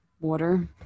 Water